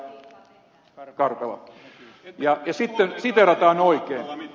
karpela ja siteerataan oikein